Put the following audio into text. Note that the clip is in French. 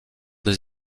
des